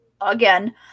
again